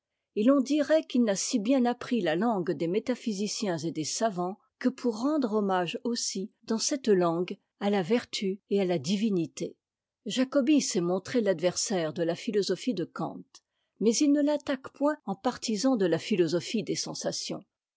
et t'en dirait qu'il n'a si bien appris la langue des métaphysiciens et des savants que pour rendre hommage aussi dans cette langue à la vertu et à la divinité jacobi s'est montré l'adversaire de la philosophie de kant mais i ne l'attaqué poînt en partisan de la philosophie des sensations